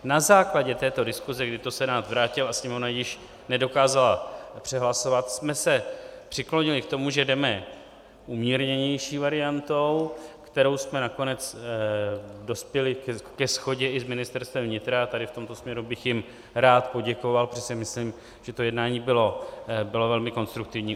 Na základě této diskuse, kdy to Senát vrátil a Sněmovna již nedokázala přehlasovat, jsme se přiklonili k tomu, že jdeme umírněnější variantou, kterou jsme nakonec dospěli ke shodě i s Ministerstvem vnitra tady v tomto směru bych jim rád poděkoval, protože si myslím, že to jednání bylo velmi konstruktivní.